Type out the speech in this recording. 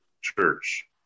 Church